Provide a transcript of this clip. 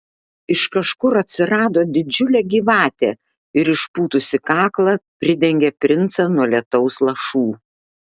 iš kažkur atsirado didžiulė gyvatė ir išpūtusi kaklą pridengė princą nuo lietaus lašų